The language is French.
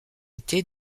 été